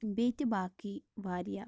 بیٚیہِ تہِ باقٕے واریاہ